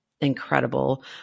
incredible